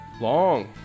Long